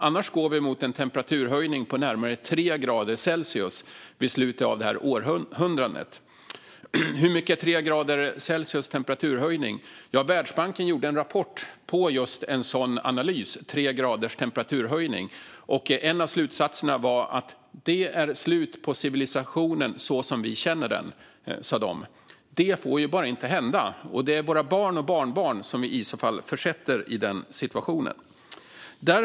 Annars går vi mot en temperaturhöjning på närmare 3 grader Celsius vid slutet av detta århundrade. Hur mycket är då 3 grader Celsius temperaturhöjning? Världsbanken har gjort en rapport på en analys av just en sådan höjning. En av slutsatserna var att det innebär slut på civilisationen som vi känner dem. Det får bara inte hända! Det är våra barn och barnbarn som vi i så fall försätter i den situationen.